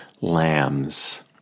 lambs